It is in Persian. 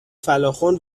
فَلاخُن